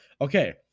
Okay